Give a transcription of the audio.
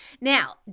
Now